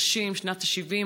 שנת ה-70,